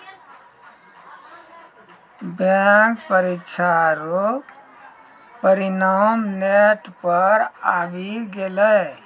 bank परीक्षा रो परिणाम नेट पर आवी गेलै